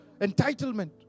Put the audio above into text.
entitlement